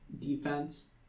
defense